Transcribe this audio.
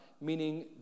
meaning